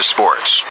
Sports